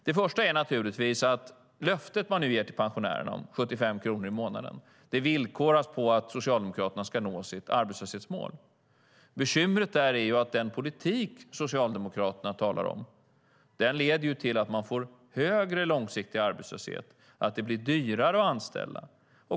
Det första är naturligtvis att det löfte som man nu ger till pensionärerna om 75 kronor i månaden villkoras av att Socialdemokraterna ska nå sitt arbetslöshetsmål. Bekymret där är att den politik som Socialdemokraterna talar om leder till att man får högre långsiktig arbetslöshet och att det blir dyrare att anställa.